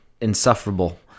insufferable